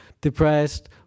depressed